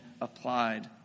applied